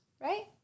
Right